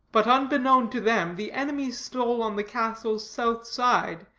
but unbeknown to them, the enemy stole on the castle's south side,